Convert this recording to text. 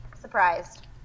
surprised